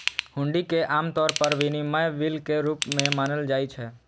हुंडी कें आम तौर पर विनिमय बिल के रूप मे मानल जाइ छै